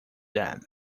them